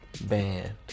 Band